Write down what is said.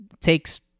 Takes